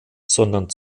sondern